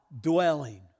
dwelling